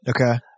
Okay